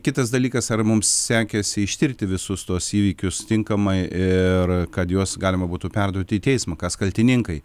kitas dalykas ar mums sekėsi ištirti visus tuos įvykius tinkamai ir kad juos galima būtų perduoti į teismą kas kaltininkai